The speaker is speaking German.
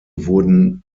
wurden